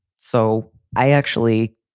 so i actually.